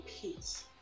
peace